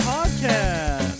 Podcast